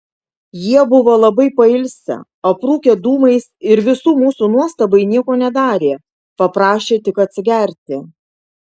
jie buvo labai pailsę aprūkę dūmais ir visų mūsų nuostabai nieko nedarė paprašė tik atsigerti